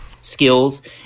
skills